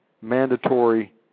mandatory